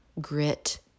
grit